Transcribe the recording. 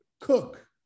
cook